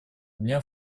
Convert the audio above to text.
дня